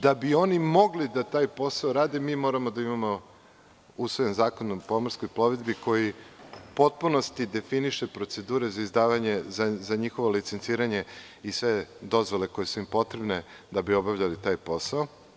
Da bi oni mogli taj posao da rade, mi moramo da imamo usvojen Zakon o pomorskoj plovidbi koji u potpunosti definiše procedure za njihovo licenciranje i sve dozvole koje su im potrebne da bi obavljali taj posao.